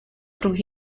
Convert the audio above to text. through